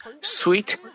sweet